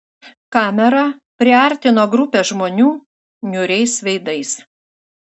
kamera priartino grupę žmonių niūriais veidais